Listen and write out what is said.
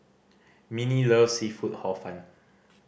Minnie loves seafood Hor Fun